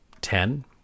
Ten